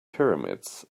pyramids